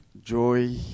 joy